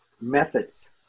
Methods